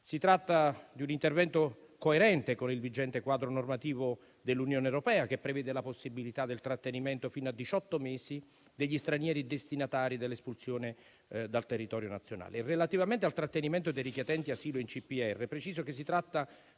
Si tratta di un intervento coerente con il vigente quadro normativo dell'Unione europea, che prevede la possibilità del trattenimento fino a diciotto mesi degli stranieri destinatari dell'espulsione dal territorio nazionale. Relativamente al trattenimento dei richiedenti asilo nei CPR, preciso che si tratta